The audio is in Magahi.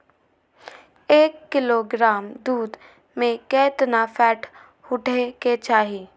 एक किलोग्राम दूध में केतना फैट उठे के चाही?